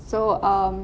so um